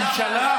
מנסור עבאס,